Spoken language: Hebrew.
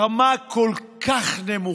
הרמה כל כך נמוכה,